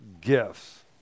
gifts